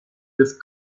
with